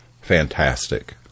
fantastic